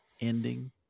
ending